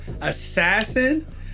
assassin